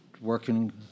working